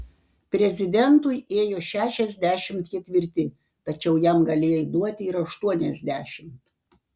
prezidentui ėjo šešiasdešimt ketvirti tačiau jam galėjai duoti ir aštuoniasdešimt